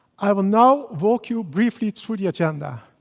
i will now walk you briefly through the agenda.